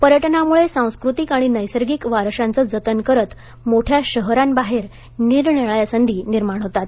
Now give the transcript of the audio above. पर्यटनामुळे सांस्कृतिक आणि नैसर्गिक वारशाचं जतन करत मोठ्या शहरांबाहेर संधी निरनिराळ्या संधी निर्माण होतात